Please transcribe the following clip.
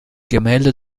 gemälde